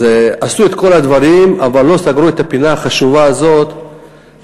אז עשו את כל הדברים אבל לא סגרו את הפינה החשובה הזאת של